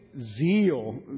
zeal